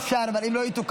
אפשר, אם זה לא יתוקן.